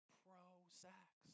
pro-sex